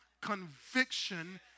conviction